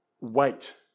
wait